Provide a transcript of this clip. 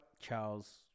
Charles